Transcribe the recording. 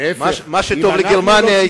מה שטוב לגרמניה,